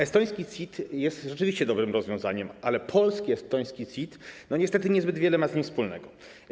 Estoński CIT jest rzeczywiście dobrym rozwiązaniem, ale polski estoński CIT niestety niezbyt wiele ma z nim wspólnego.